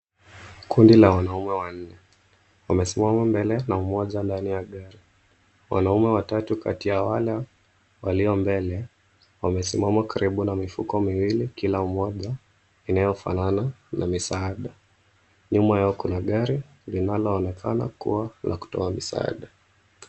Kundi la wanaume wanne wamesimama mbele na mmoja ndani ya gari. Wanaume watatu kati yao wale walio mbele wamesimama karibu na mifuko miwili, kila mmoja inayofanana na misaada. Nyuma yao kuna gari linalo onekana kuwa la kutoa msaada.